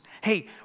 Hey